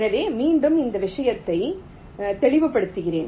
எனவே மீண்டும் இந்த விஷயத்தை தெளிவுபடுத்துகிறேன்